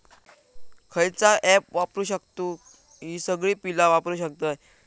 खयचा ऍप वापरू शकतू ही सगळी बीला भरु शकतय?